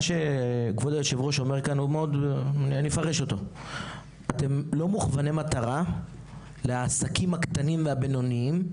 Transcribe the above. שכבוד היו"ר אומר: אתם לא מוכווני מטרה לעסקים הקטנים והבינוניים,